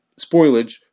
spoilage